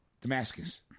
Damascus